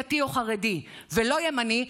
דתי או חרדי ולא ימני,